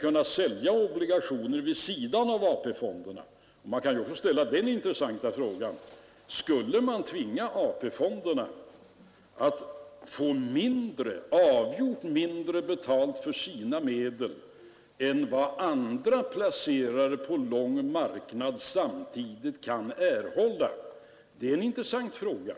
Man kan också ställa den intressanta frågan: Skall man tvinga AP-fonderna att få avgjort mindre betalt för sina medel än vad andra placerare på lång marknad samtidigt kan erhålla? Det är en intressant fråga.